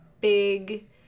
big